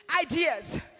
ideas